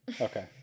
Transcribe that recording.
Okay